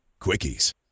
Quickies